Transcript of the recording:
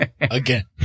Again